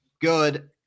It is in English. good